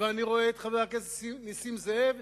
ואני רואה את חבר הכנסת נסים זאב,